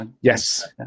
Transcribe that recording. Yes